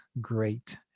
great